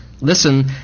Listen